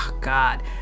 god